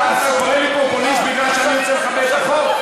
אתה קורא לי פופוליסט בגלל שאני רוצה לכבד את החוק?